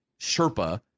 Sherpa